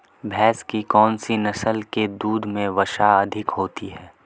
भैंस की कौनसी नस्ल के दूध में वसा अधिक होती है?